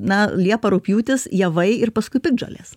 na liepa rugpjūtis javai ir paskui piktžolės